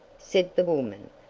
said the woman,